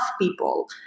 people